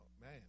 man